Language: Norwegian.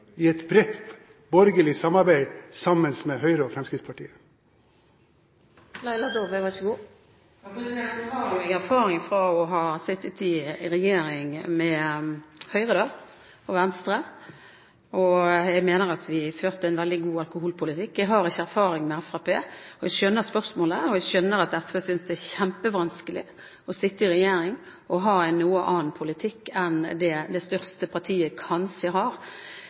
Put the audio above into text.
i et bredt borgerlig samarbeid med Høyre og Fremskrittspartiet. Nå har jo jeg erfaring fra å sitte i regjering med Høyre og Venstre, og jeg mener at vi førte en veldig god alkoholpolitikk. Jeg har ikke erfaring med Fremskrittspartiet. Jeg skjønner spørsmålet, og jeg skjønner at SV synes det er kjempevanskelig å sitte i regjering og ha en noe annen politikk enn den det største partiet kanskje har.